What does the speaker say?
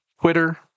Twitter